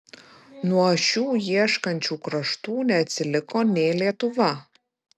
nuo šių ieškančių kraštų neatsiliko nė lietuva